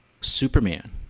Superman